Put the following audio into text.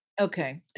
Okay